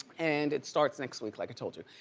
and it starts next week like i told you.